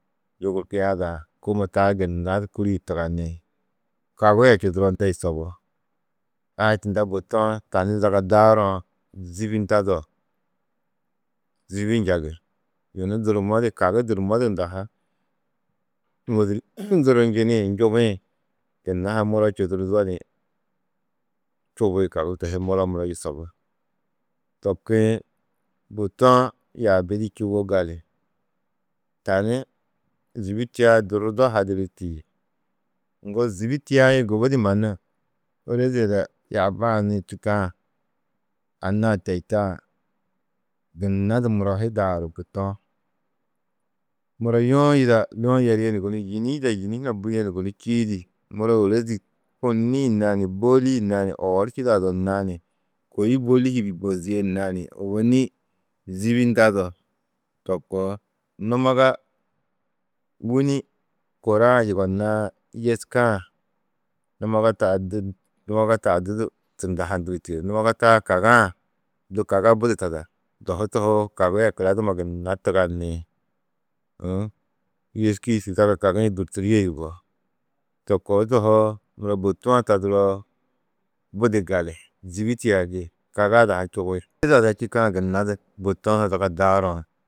Yugurkia ada, kômo taa gunna du kûriyi tigani. Kagi a čuduroo de yusobú. A tunda bôtu-ã tani zaga daarã zîbi ndado, zîbi njagi, yunu durumodi, kagi durumodi unda ha ŋôdur durrunjinĩ njubĩ gunna muro čudurudio ni čubi kagi to hi, muro, muro yusobú. To kuĩ, bôtu-ã yaabi di čûwo gali, tani zîbi tiya durrudo hadirî tîyi, ŋgo zîbi tiyaĩ gubudi mannu, ôroze ada yaaba-ã nû čîkã anna-ã teitã gunna du muro hi daaru bôtu-ã, Muro yuũ yida yuũ yarîe ni gunú, yîni yida yîni hunã burîe ni gunú, čîidi muro ôrozi kînniĩ nani bôli nani oor čidaado nani kôi bôli hi ni bozîe nani, ôwonni zîbi ndado, to koo, numoga wûni kôraa yugonnãà, yêska-ã numaga tada du tunda handuru tîyo. Numaga taa kaga-ã, du kaga budi tadar, dohu tohoo kagi a kuladumma gunna tigani, yêski-ĩ zaga kagi-ĩ durturîe yugó, to koo tohoo, muro bôtu-ã taduroo, budi gali, zîbi tiyaidi, kaga ada ha čubi. Ôroze ada čîkã gunna du bôtu-ã ha zaga daarã.